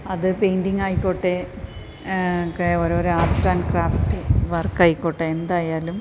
അത് പെയിൻറ്റിങ് ആയിക്കോട്ടെ ഓരോരോ ആർട്ട് ആൻഡ് ക്രാഫ്റ്റ് വർക്ക് ആയിക്കോട്ടെ എന്തായാലും